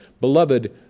beloved